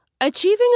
Achieving